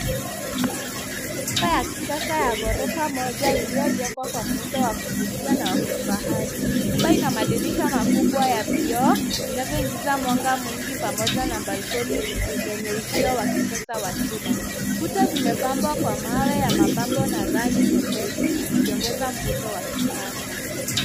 Nyumba ya kisasa ya ghorofa moja iliyojengwa kwa muundo wa kuvutia na wa kifahari. Nyumba ina madirisha makubwa ya vioo vinavyoingiza mwanga mwingi pamoja na balconies yenye uzio wa kisasa wa chuma. Kuta zimepambwa kwa mawe ya mapambo na rangi nyepesi ikiongeza mvuto wa kisasa.